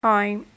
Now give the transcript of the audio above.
Hi